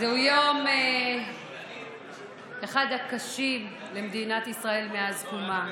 זהו אחד הימים הקשים למדינת ישראל מאז קומה.